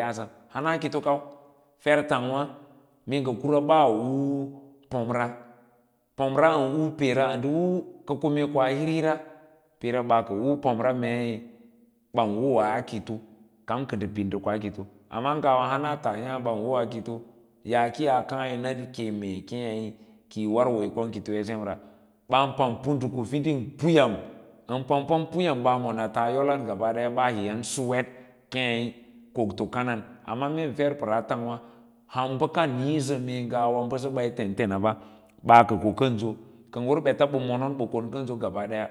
Yaasən hana kito kai fer tangros mee ngə kure ɓaa hur pamra pamra ən huw peera ən hur ka ko mee koa hir hire peera ɓa ka hur pam mei ba ka wowaa kito, kam kə ndə piɗ ndə koa kito amma ngara hana tas yaã ɓan wowon kito yaã ki yaa kaã yi nəd ke mee keẽ mei ki war woyí kong kito ya semra ɓan pama puduku fiding puyam ən pampam puyam ɓaa monata’a yolau gaba daya ɓaa hiyan sulvet kěěi kokto ka nan amma meen fer pəraa targwǎ ham bə kan nīīsə mee ngawa bəsə ba yi tenten awà ɓas ka ko kənji ká ngə ɓeta ɓə monon ka ko kənjo gaba daya